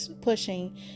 pushing